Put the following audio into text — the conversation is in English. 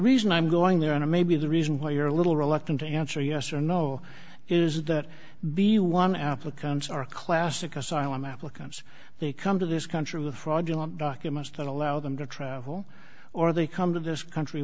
reason i'm going there and maybe the reason why you're a little reluctant to answer yes or no is that the new one applicants are classic asylum applicants they come to this country with fraudulent documents that allow them to travel or they come to this country